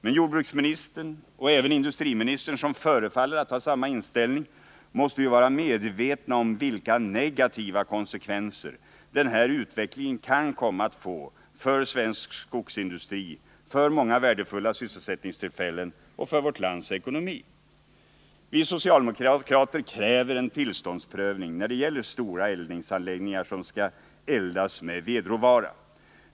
Men jordbruksministern, och även industriministern som förefaller att ha samma inställning, måste ju vara medvetna om vilka negativa konsekvenser den här utvecklingen kan komma att få för svensk skogsindustri, för många värdefulla sysselsättningstillfällen och för vårt lands ekonomi. Vi socialdemokrater kräver en tillståndsprövning när det gäller stora eldningsanläggningar som skall elda med vedråvara.